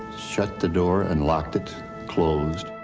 shut the door and locked it closed,